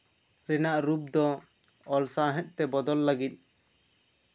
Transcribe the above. ᱨᱮᱭᱟᱜ ᱨᱩᱯ ᱫᱚ ᱚᱞ ᱥᱟᱶᱦᱮᱫ ᱛᱮ ᱵᱚᱫᱚᱞ ᱞᱟᱹᱜᱤᱫ